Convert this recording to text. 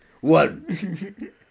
One